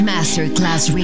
Masterclass